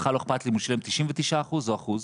בכלל לא אכפת לי אם הוא שילם 99% או 1%,